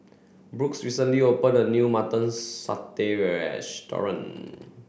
Brooks recently opened a new mutton satay